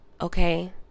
Okay